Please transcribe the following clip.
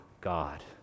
God